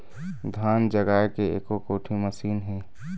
धान जगाए के एको कोठी मशीन हे?